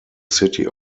city